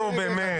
נו באמת.